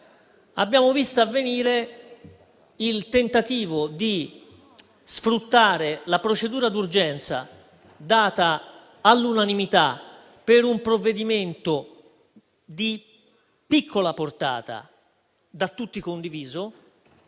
abbiamo visto avvenire il tentativo di sfruttare la procedura d'urgenza data all'unanimità per un provvedimento di piccola portata, da tutti condiviso,